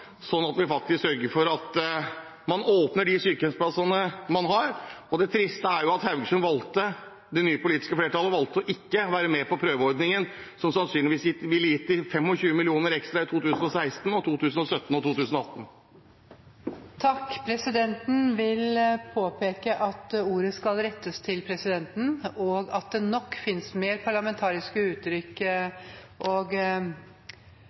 at vi sørger for at man åpner de sykehjemsplassene man har. Det triste er at det nye politiske flertallet i Haugesund valgte ikke å være med på prøveordningen, som sannsynligvis ville gitt dem 25 mill. kr ekstra i 2016, 2017 og 2018. Presidenten vil påpeke at all tale skal rettes til presidenten, og at det nok finnes mer parlamentariske uttrykk enn «sludder og